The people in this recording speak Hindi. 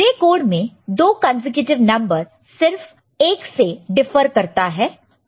ग्रे कोड में दो कंसेक्युटिव नंबर सिर्फ 1 से डीफर करता है